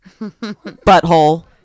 Butthole